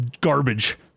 garbage